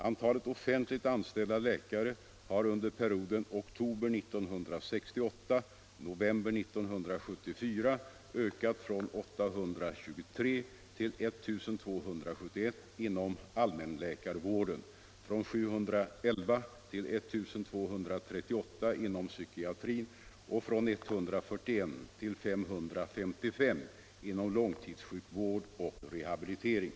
Antalet offentligt anställda läkare har under perioden oktober 1968-november 1974 ökat från 823 till I 271 inom allmänläkarvården, från 711 till I 238 inom psykiatrin och från 141 till 555 inom långtidssjukvård och rehabilitering.